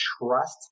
trust